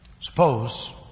Suppose